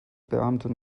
beamte